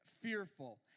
fearful